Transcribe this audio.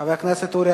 חבר הכנסת אורי